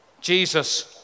Jesus